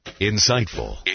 Insightful